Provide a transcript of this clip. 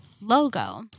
logo